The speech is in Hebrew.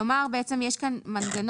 כלומר, בעצם יש כאן מנגנון.